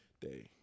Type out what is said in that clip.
day